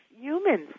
humans